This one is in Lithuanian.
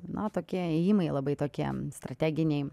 na tokie ėjimai labai tokie strateginiai